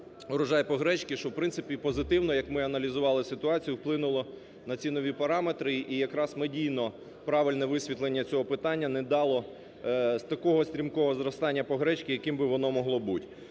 урожай по гречці, що в принципі позитивно, як ми аналізували ситуацію, вплинуло на ці нові параметри і якраз медійно правильне висвітлення цього питання не дало такого стрімкого зростання по гречці, яким би воно могло бути.